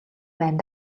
байна